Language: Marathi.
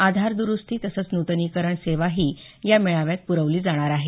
आधार दुरुस्ती तसंच नूतनीकरण सेवाही या मेळाव्यात पुरवली जाणार आहे